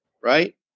right